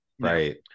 right